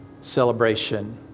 celebration